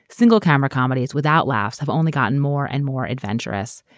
single-camera comedies without laughs have only gotten more and more adventurous,